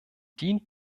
dient